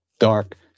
dark